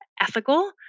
ethical